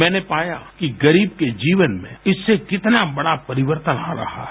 मैंने पाया कि गरीब के जीवन में इससे कितना बड़ा परिवर्तन आ रहा है